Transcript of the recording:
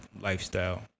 lifestyle